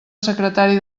secretari